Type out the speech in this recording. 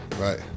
Right